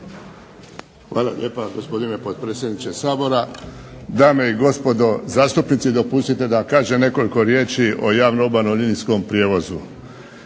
Hvala lijepa gospodine potpredsjedniče Sabora, dame i gospodo zastupnici. Dopustite da kažem nekoliko riječi o javnom obalnom linijskom prijevozu.